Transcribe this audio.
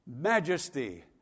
majesty